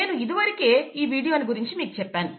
నేను ఇదివరకే ఈ వీడియో ని గురించి మీకు చెప్పాను